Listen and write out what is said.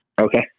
Okay